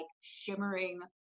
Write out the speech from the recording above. shimmering